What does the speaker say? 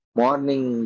morning